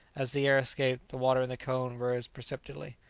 as the air escaped, the water in the cone rose perceptibly.